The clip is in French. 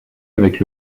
avec